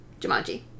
Jumanji